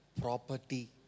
property